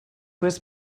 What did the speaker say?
was